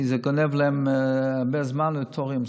כי זה גונב להם הרבה זמן ותורים.